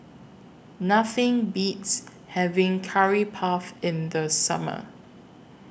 Nothing Beats having Curry Puff in The Summer